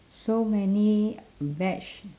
so many veg